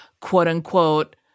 quote-unquote